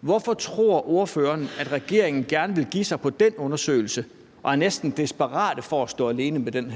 Hvorfor tror ordføreren, at regeringen gerne ville give sig i forhold til den undersøgelse, og at man næsten er desperate i forhold til at stå alene med den?